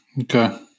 Okay